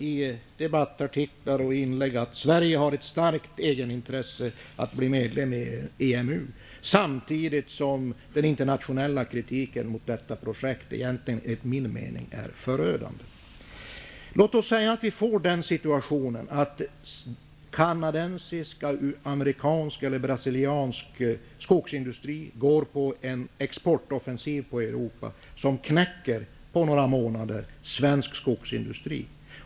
I debattartiklar och inlägg säger man att Sverige har ett starkt egenintresse att bli medlem i EMU, samtidigt som den internationella kritiken mot detta projekt är förödande. Låt oss tänka oss följande situation. Kanadensisk, amerikansk och brasiliansk skogsindustri gör en exportoffensiv till Europa, som på några månader knäcker svensk skogsindustri.